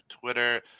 twitter